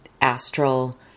astral